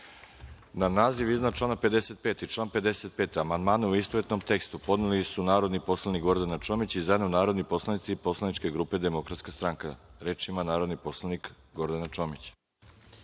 naziv iznad člana 55. i član 55. amandmane u istovetnom tekstu podneli su narodni poslanik Gordana Čomić i zajedno narodni poslanici poslaničke grupe Demokratska stranka. Da li neko želi reč? (Da.)Reč ima narodni poslanik Gordana Čomić.